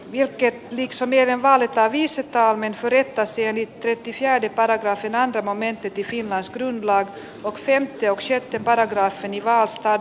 jokeri dixon viereen valittaa viisisataa niin suuri että sieni tyyppisiä e di paraikaa sillä monen tekisi laskelmillaan oksien teoksen parafraasi nivalstad